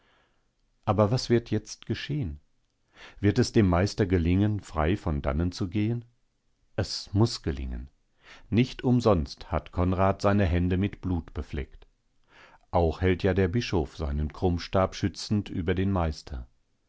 aber was wird jetzt geschehen wird es dem meister gelingen frei von dannen zu gehen es muß gelingen nicht umsonst hat konrad seine hände mit blut befleckt auch hält ja der bischof seinen krummstab schützend über den meister